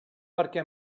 perquè